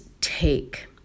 take